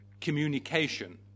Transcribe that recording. communication